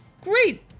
Great